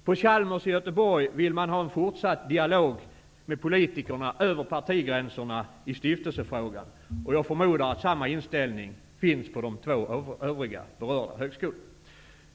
På Chalmers i Göteborg vill man ha en fortsatt dialog med politikerna över partigränserna i stiftelsefrågan. Jag förmodar att samma inställning finns på de två övriga berörda högskolorna.